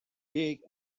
big